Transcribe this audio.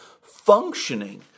functioning